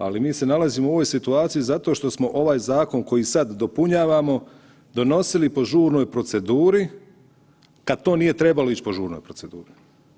Ali mi se nalazimo u ovoj situaciji zato što smo ovaj zakon koji sada dopunjavamo donosili po žurnoj proceduri kada to nije trebalo ići po žurnoj proceduri.